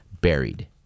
buried